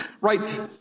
Right